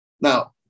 Now